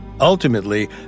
Ultimately